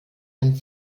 ein